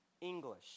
English